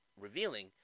revealing